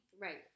right